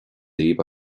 libh